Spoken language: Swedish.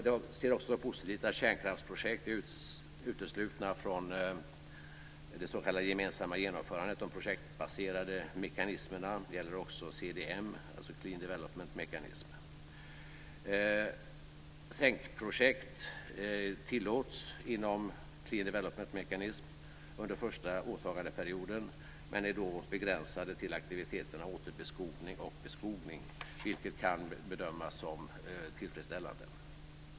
Jag ser också det som positivt att kärnkraftsprojekt är uteslutna från det s.k. gemensamma genomförandet av de projektbaserade mekanismerna. Det gäller också CDM, dvs. Clean Development Mechanism. Sänkprojekt tillåts inom Clean Development Mechanism under första åtagandeperioden men är då begränsade till att aktiviteterna återbeskogning och beskogning, vilket kan bedömas som tillfredsställande.